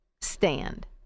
stand